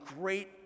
great